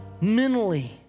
mentally